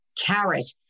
carrot